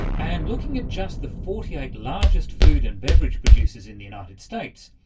and looking at just the forty eight largest food and beverage producers in the united states,